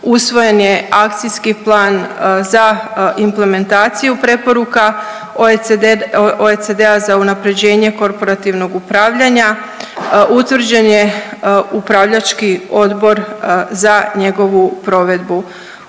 Usvojen je akcijski plan za implementaciju preporuka OECD-a za unapređenje korporativnog upravljanja, utvrđen je upravljački odbor za njegovu provedbu.